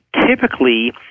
typically